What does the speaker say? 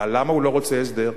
אבל למה הוא לא רוצה הסדר?